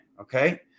Okay